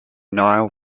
nile